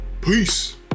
Peace